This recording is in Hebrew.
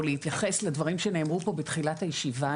או להתייחס לדברים שנאמרו פה בתחילת הישיבה,